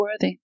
worthy